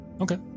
Okay